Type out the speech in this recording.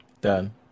Done